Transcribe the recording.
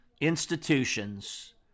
institutions